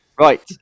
Right